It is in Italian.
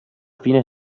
fine